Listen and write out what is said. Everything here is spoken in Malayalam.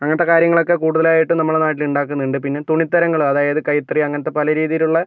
അങ്ങനത്തെ കാര്യങ്ങളൊക്കെ കൂടുതലായിട്ടും നമ്മുടെ നാട്ടിലുണ്ടാകുന്നുണ്ട് പിന്നെ തുണിത്തരങ്ങൾ അതായത് കൈത്തറി അങ്ങനത്തെ പല രീതിയിലുള്ള